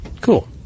Cool